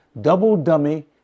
double-dummy